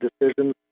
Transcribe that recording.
decisions